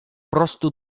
prostu